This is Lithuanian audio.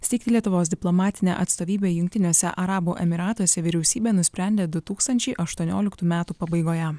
steigtilietuvos diplomatinę atstovybę jungtiniuose arabų emyratuose vyriausybė nusprendė du tūkstančiai aštuonioliktų metų pabaigoje